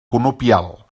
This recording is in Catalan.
conopial